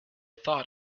thought